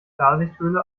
klarsichthülle